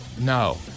no